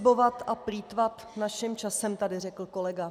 Exhibovat a plýtvat naším časem tady řekl kolega.